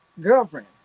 girlfriend